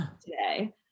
today